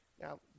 Now